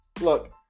Look